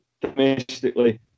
domestically